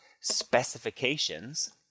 specifications